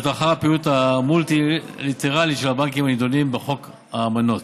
וזאת לאור הפעילות המולטי-לטרלית של הבנקים הנדונים בחוק האמנות.